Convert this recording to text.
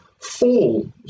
fall